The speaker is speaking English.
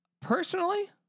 personally